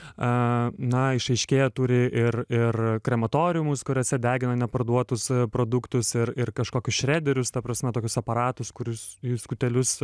a na išaiškėja turi ir ir krematoriumus kuriuose degina neparduotus produktus ir ir kažkokius šrederius ta prasme tokius aparatus kuris į skutelius